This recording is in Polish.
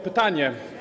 Pytanie.